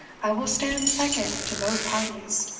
i will stand second to both parties.